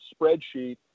spreadsheet